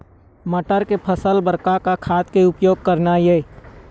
मटर के फसल बर का का खाद के उपयोग करना ये?